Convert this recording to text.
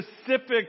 specific